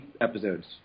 episodes